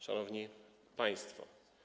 Szanowni Państwo!